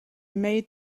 made